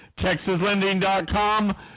TexasLending.com